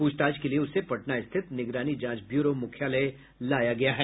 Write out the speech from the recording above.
पूछताछ के लिए उसे पटना स्थित निगरानी जांच ब्यूरो मुख्यालय लाया गया है